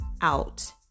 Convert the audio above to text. out